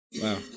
Wow